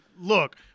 look